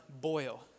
boil